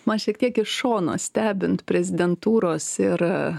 man šiek tiek iš šono stebint prezidentūros ir